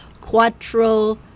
quattro